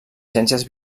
ciències